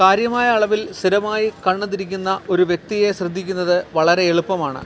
കാര്യമായ അളവിൽ സ്ഥിരമായി കണ്ണ് തിരിക്കുന്ന ഒരു വ്യക്തിയെ ശ്രദ്ധിക്കുന്നത് വളരെ എളുപ്പമാണ്